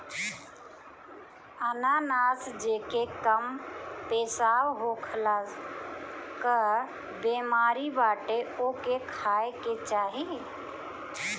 अनानास जेके कम पेशाब होखला कअ बेमारी बाटे ओके खाए के चाही